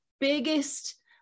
biggest